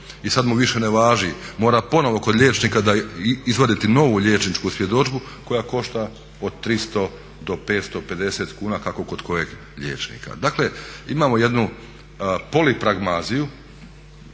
i sad mu više ne važi, mora ponovo kod liječnika izvaditi novu liječničku svjedodžbu koja košta od 300 do 550 kuna, kako kod kojeg liječnika. Dakle imamo jednu polipragmaziju,